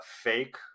fake